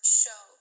show